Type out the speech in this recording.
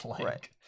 Right